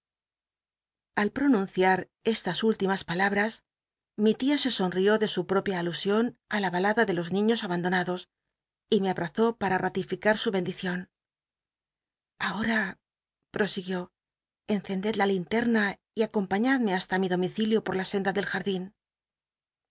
al pronun ciar estas últimas palabras mi tia e sonl'ió de su propia alusion ti la halada de los niíios abandonados y me abrazó para ratificar su bendicion ahora i i'osiguió encended la linterna y at'ompaiíadme basta mi domicilio llor la senda del jardín